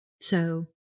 So-